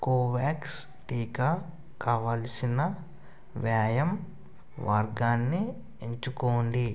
Covax టీకా కావలసిన వ్యాయం వర్గాన్ని ఎంచుకోండి